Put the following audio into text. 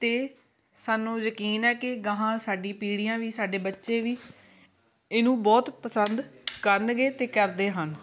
ਅਤੇ ਸਾਨੂੰ ਯਕੀਨ ਹੈ ਕਿ ਅਗਾਂਹ ਸਾਡੀ ਪੀੜੀਆਂ ਵੀ ਸਾਡੇ ਬੱਚੇ ਵੀ ਇਹਨੂੰ ਬਹੁਤ ਪਸੰਦ ਕਰਨਗੇ ਅਤੇ ਕਰਦੇ ਹਨ